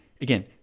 again